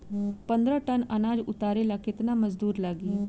पन्द्रह टन अनाज उतारे ला केतना मजदूर लागी?